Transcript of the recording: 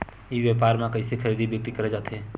ई व्यापार म कइसे खरीदी बिक्री करे जाथे?